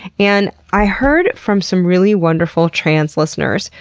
and i heard from some really wonderful trans listeners.